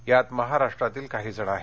यात महाराष्ट्रातील काहीजण आहेत